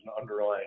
underlying